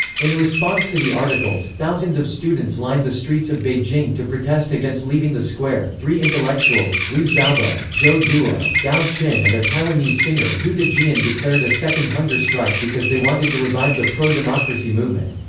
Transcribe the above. in response to the articles, thousands of students lined the streets of beijing to protest against leaving the square three intellectuals, liu xiaobo, zhou duo, gao xin and a taiwanese singer hou dejian declared a second hunger strike because they wanted to revive the pro-democracy movement.